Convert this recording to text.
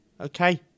okay